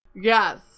yes